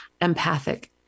empathic